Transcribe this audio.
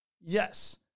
Yes